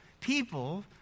people